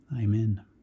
Amen